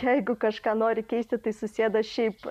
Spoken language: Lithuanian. jeigu kažką nori keisti tai susėda šiaip